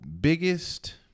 biggest